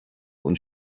und